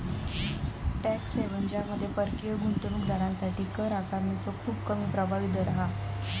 tax haven ज्यामध्ये परकीय गुंतवणूक दारांसाठी कर आकारणीचो खूप कमी प्रभावी दर हा